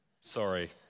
Sorry